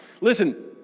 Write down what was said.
Listen